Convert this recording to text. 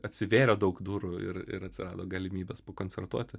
atsivėrė daug durų ir ir atsirado galimybės pakoncertuoti